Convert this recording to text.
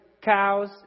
cows